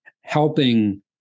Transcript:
helping